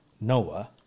Noah